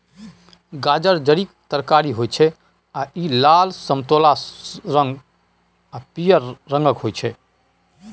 गाजर जड़िक तरकारी होइ छै आ इ लाल, समतोला रंग आ पीयर रंगक होइ छै